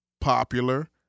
popular